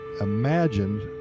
imagined